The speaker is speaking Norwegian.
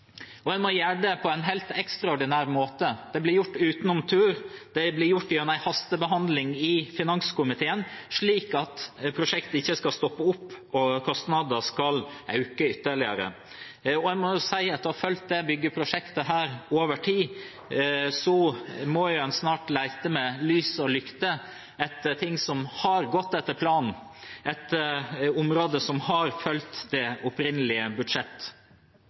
og en må gjøre det på en helt ekstraordinær måte. Det blir gjort utenom tur, det blir gjort gjennom en hastebehandling i finanskomiteen, slik at prosjektet ikke skal stoppe opp og kostnadene øke ytterligere. Jeg må si, etter å ha fulgt dette byggeprosjektet over tid, at en må snart lete med lys og lykte etter ting som har gått etter planen, etter områder som har fulgt det opprinnelige